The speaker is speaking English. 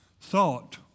thought